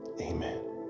Amen